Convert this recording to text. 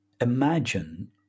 Imagine